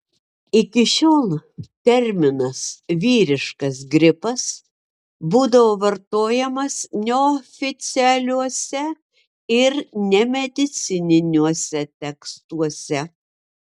iki šiol terminas vyriškas gripas būdavo vartojamas neoficialiuose ir nemedicininiuose tekstuose